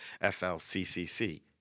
FLCCC